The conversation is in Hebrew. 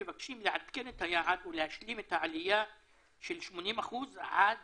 מבקשים לעדכן את היעד ולהשלים את העלייה של 80% עד